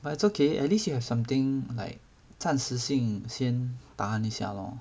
but it's okay at least you have something like 暂时性先 tahan 一下 lor